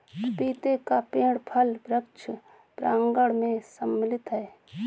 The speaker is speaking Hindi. पपीते का पेड़ फल वृक्ष प्रांगण मैं सम्मिलित है